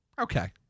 Okay